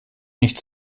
nicht